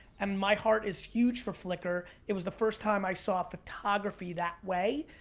and my heart is huge for flickr, it was the first time i saw photography that way.